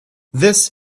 this